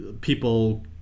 people